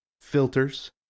filters